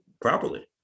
properly